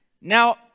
Now